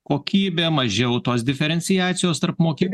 kokybė mažiau tos diferenciacijos tarp mokinių